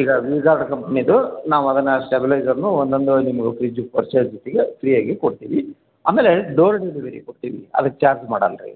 ಈಗ V guard ಕಂಪ್ನಿದು ನಾವು ಅದನ್ನ ಸ್ಟೆಬಿಲೈಝರ್ನು ಒಂದೊಂದು ನಿಮ್ಗ ಫ್ರಿಜ್ ಪರ್ಚೇಸ್ ಜೊತೆಗೆ ಫ್ರೀ ಆಗಿ ಕೊಡ್ತೀವಿ ಆಮೇಲೆ ಡೋರ್ ಡೆಲಿವರಿ ಕೊಡ್ತೀವಿ ಅದಕ್ಕೆ ಚಾರ್ಜ್ ಮಾಡಲ್ಲ ರೀ